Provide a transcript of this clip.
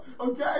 Okay